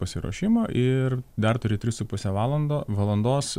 pasiruošimo ir dar turi tris su puse valando valandos